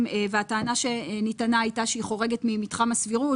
והטענה שניתנה הייתה שהיא חורגת ממתחם הסבירות.